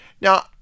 Now